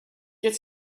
get